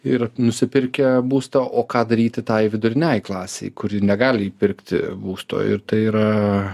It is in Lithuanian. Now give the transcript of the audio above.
ir nusipirkę būstą o ką daryti tai viduriniajai klasei kuri negali įpirkti būsto ir tai yra